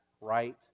right